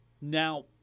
Now